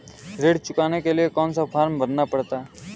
ऋण चुकाने के लिए कौन सा फॉर्म भरना पड़ता है?